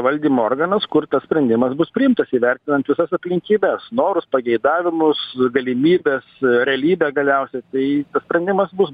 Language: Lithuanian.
valdymo organas kur tas sprendimas bus priimtas įvertinant visas aplinkybes norus pageidavimus galimybes realybę galiausiai tai tas sprendimas bus